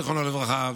זיכרונו לברכה,